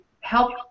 help